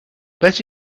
bet